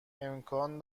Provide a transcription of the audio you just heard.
امکان